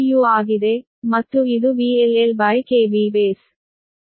u ಆಗಿದೆ ಮತ್ತು ಇದು VL LB